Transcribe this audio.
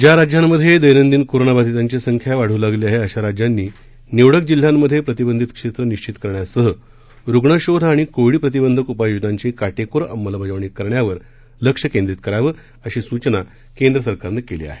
ज्या राज्यामधे दैनंदिन कोरोनाबाधितांची संख्या वाढू लागली आहे अशा राज्यांनी निवडक जिल्ह्यांमधे प्रतिबंधित क्षेतं निश्वित करण्यासह रुग्णशोध आणि कोविड प्रतिबंधक उपाययोजनांची काटेकोर अंमलबजावणी करण्यावर लक्ष केंद्रित करावं अशी सूचना केंद्र सरकारनं केली आहे